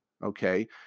Okay